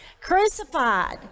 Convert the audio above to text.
Crucified